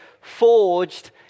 forged